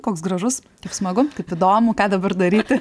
koks gražus kaip smagu kaip įdomu ką dabar daryti